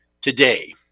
today